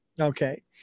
okay